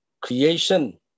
creation